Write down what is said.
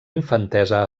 infantesa